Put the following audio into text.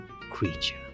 creature